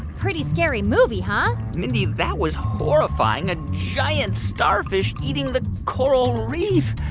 pretty scary movie, huh? mindy, that was horrifying a giant starfish eating the coral reef.